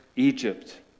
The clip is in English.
Egypt